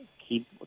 keep